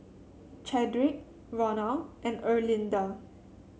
Chadrick Ronal and Erlinda